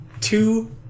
two